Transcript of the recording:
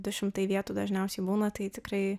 du šimtai vietų dažniausiai būna tai tikrai